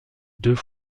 deux